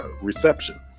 reception